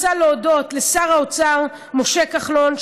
אז אני רוצה להודות לשר האוצר משה כחלון,